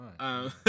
right